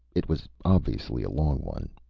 it was obviously a long one.